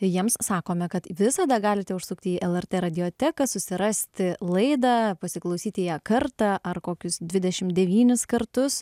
jiems sakome kad visada galite užsukti į lrt radioteką susirasti laidą pasiklausyti ją kartą ar kokius dvidešim devynis kartus